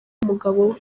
umugabo